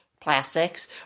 plastics